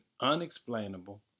unexplainable